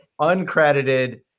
uncredited